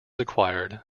acquired